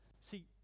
See